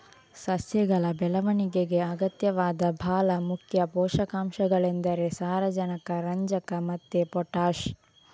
ಸಸ್ಯಗಳ ಬೆಳವಣಿಗೆಗೆ ಅಗತ್ಯವಾದ ಭಾಳ ಮುಖ್ಯ ಪೋಷಕಾಂಶಗಳೆಂದರೆ ಸಾರಜನಕ, ರಂಜಕ ಮತ್ತೆ ಪೊಟಾಷ್